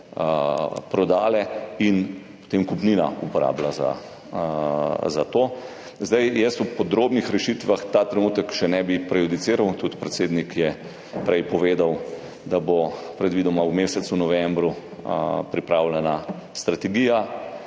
se potem kupnina uporabila za to. Podrobnih rešitev ta trenutek še ne bi prejudiciral. Tudi predsednik je prej povedal, da bo predvidoma v mesecu novembru pripravljena strategija